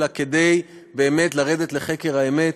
אלא כדי לרדת לחקר האמת.